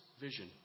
vision